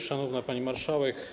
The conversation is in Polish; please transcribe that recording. Szanowna Pani Marszałek!